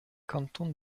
cantons